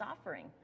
offering